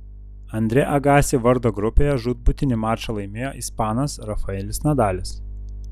andre agassi vardo grupėje žūtbūtinį mačą laimėjo ispanas rafaelis nadalis